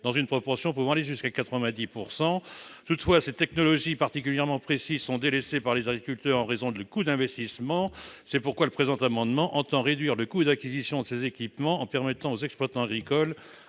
dans une proportion pouvant aller jusqu'à 90 %. Toutefois, ces technologies particulièrement précises sont délaissées par les agriculteurs en raison du coût d'investissement très important qu'elles emportent. C'est pourquoi le présent amendement entend réduire le coût d'acquisition de ces équipements en permettant aux exploitants agricoles,